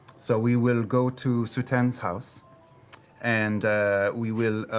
so we will go to sutan's house and we will